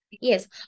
Yes